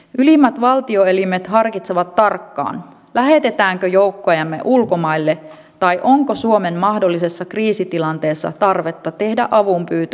ylimmät valtioelimet harkitsevat tarkkaan lähetetäänkö joukkojamme ulkomaille tai onko suomen mahdollisessa kriisitilanteessa tarvetta tehdä avunpyyntö eu maille